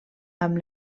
amb